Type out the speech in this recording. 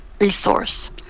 resource